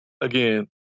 Again